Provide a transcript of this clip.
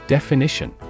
Definition